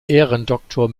ehrendoktor